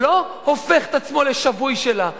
שלא הופך את עצמו לשבוי שלה,